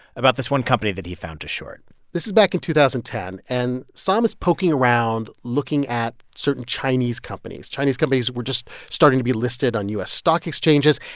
about this one company that he'd found to short this is back in two thousand and ten, and sahm is poking around, looking at certain chinese companies. chinese companies were just starting to be listed on u s. stock exchanges.